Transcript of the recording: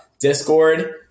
Discord